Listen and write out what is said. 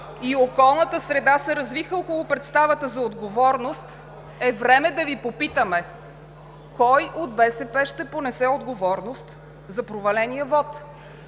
и околната среда се развиха около представата за отговорност е време да Ви попитаме: кой от БСП ще понесе отговорност за проваления вот?